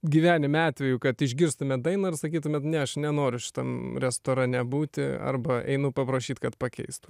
gyvenime atvejų kad išgirstumėt dainą ir sakytumėt ne aš nenoriu šitam restorane būti arba einu paprašyt kad pakeistų